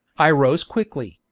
i rose quickly,